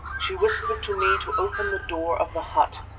she whispered to me to open the door of the hut.